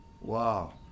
Wow